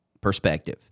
perspective